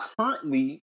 currently